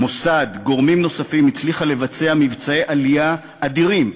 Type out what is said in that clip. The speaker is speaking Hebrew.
המוסד וגורמים נוספים הצליחה לבצע מבצעי עלייה אדירים,